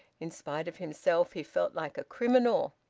in spite of himself he felt like a criminal.